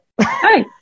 Hi